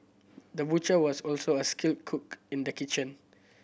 the butcher was also a skilled cook in the kitchen